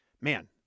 man